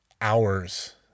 hours